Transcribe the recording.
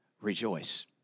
rejoice